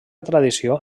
tradició